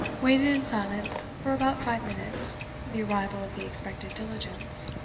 waited in silence for about five minutes the arrival of the expected diligence.